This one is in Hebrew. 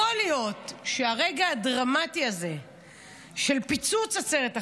יכול להיות שהרגע הדרמטי הזה של פיצוץ עצרת החטופים,